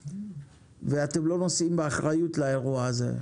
ואתם לא נושאים באחריות לאירוע הזה,